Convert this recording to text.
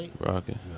rocking